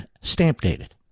stamp-dated